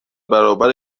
برابر